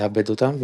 לעבד אותם,